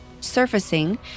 surfacing